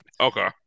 okay